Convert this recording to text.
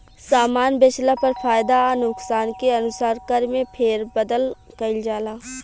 सामान बेचला पर फायदा आ नुकसान के अनुसार कर में फेरबदल कईल जाला